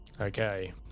Okay